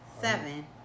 Seven